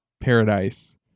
Paradise